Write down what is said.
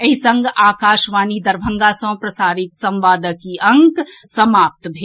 एहि संग आकाशवाणी दरभंगा सँ प्रसारित संवादक ई अंक समाप्त भेल